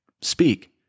speak